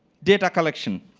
data collection.